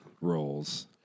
roles